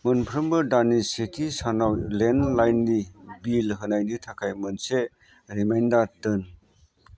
मोनफ्रोमबो दाननि सेथि सानाव लेन्डलाइननि बिल होनायनि थाखाय मोनसे रिमाइन्डार दोन